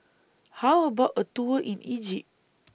How about A Tour in Egypt